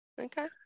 okay